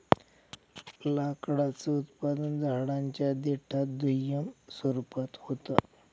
लाकडाचं उत्पादन झाडांच्या देठात दुय्यम स्वरूपात होत